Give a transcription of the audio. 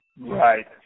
right